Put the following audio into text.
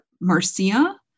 marcia